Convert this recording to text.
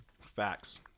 Facts